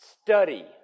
study